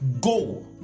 Go